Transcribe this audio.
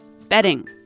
Bedding